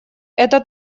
это